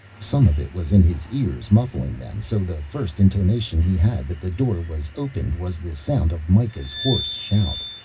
some of it was in his ears, muffling them, so the first intimation he had that the door was opened was the sound of mikah's hoarse shout.